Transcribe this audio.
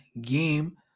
game